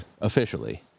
officially